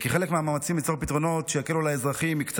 כחלק מהמאמצים ליצור פתרונות שיקלו על האזרחים הקצה